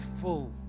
full